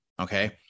Okay